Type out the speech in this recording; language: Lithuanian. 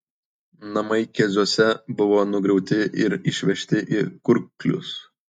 namai keziuose buvo nugriauti ir išvežti į kurklius